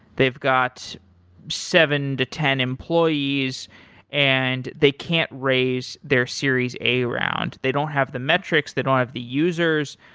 they've got seven to ten employees and they can't raise their series a round. they don't have the metrics. they don't have the users.